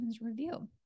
review